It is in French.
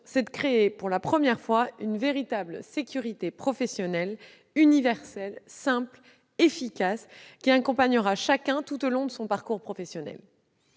est de créer, pour la première fois, une véritable sécurité professionnelle, universelle, simple et efficace, qui accompagnera chacun tout au long de son parcours professionnel.